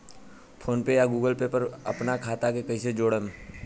PhonePe या Google Pay पर अपना खाता के कईसे जोड़म?